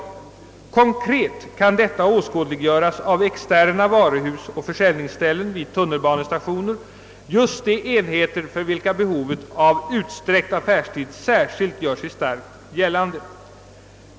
Konkret kan detta åskådliggöras av externa varuhus och försäljningsställen vid tunnelbanestationer, just de enheter för vilka behovet av utsträckt affärstid särskilt starkt gör sig gällande.